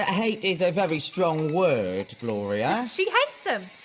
ah hate is a very strong word, gloria. she hates them.